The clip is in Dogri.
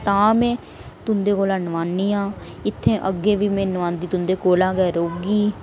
तां में तुंदे कोला नुआनी आं इत्थै अग्गै बी में नुआंदी तुंदे कोला गै रौह्गी